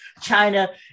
China